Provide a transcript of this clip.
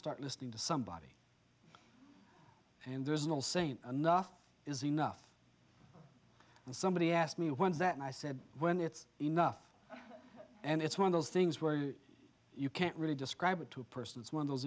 start listening to somebody and there's no sane enough is enough and somebody asked me once that and i said when it's enough and it's one of those things where you can't really describe it to a person it's one of those